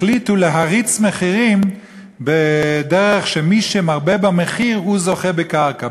החליטו להריץ מחירים בדרך שמי שמרבה במחיר זוכה בקרקע.